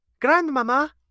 Grandmama